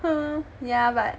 hmm yeah but